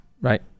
right